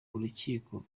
urukiko